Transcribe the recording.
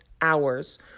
hours